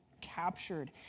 captured